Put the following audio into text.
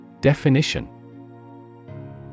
Definition